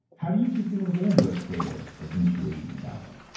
how do you teach people to get into a state of of intuition and download?